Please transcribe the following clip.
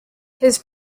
his